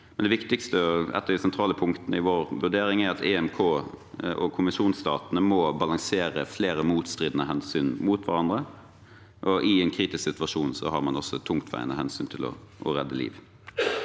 vår vurdering er at EMKs konvensjonsstater må balansere flere motstridende hensyn mot hverandre, og i en kritisk situasjon har man også tungtveiende hensyn om å redde liv.